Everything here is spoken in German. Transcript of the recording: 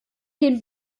den